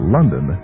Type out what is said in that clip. London